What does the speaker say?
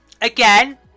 Again